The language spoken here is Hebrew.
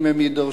אם הם יידרשו,